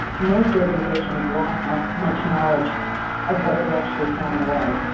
most organizations lack much much knowledge of what they're actually throwing away.